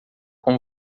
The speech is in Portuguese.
com